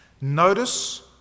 Notice